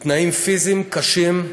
בתנאים פיזיים קשים,